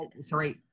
Sorry